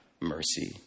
mercy